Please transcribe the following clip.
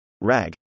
RAG